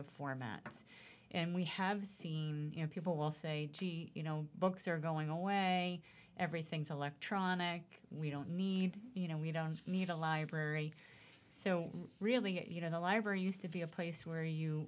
of formats and we have seen you know people will say you know books are going away everything's electron we don't need you know we don't need a library so really you know the library used to be a place where you